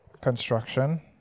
Construction